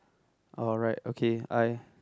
alright okay I